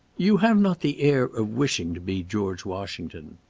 you have not the air of wishing to be george washington.